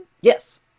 Yes